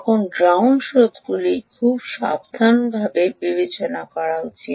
তখন গ্রাউন্ড স্রোতগুলি খুব সাবধানতার সাথে বিবেচনা করা উচিত